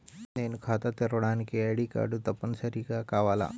నేను ఖాతా తెరవడానికి ఐ.డీ కార్డు తప్పనిసారిగా కావాలా?